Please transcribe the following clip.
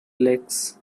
lakes